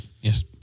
Yes